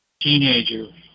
teenager